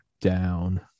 down